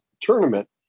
tournament